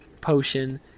Potion